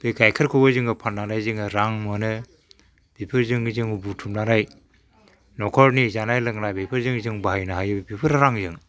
बे गाइखेरखौबो जोङो फाननानै जोङो रां मोनो बिफोरजोंनो जोङो बुथुमनानै न'खरनि जानाय लोंनाय बेफोरजों जों बायहायनो हायो बेफोर रांजों